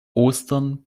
ostern